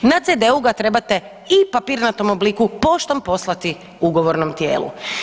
Na CD-u ga trebate i papirnatom obliku poštom poslati ugovornom tijelu.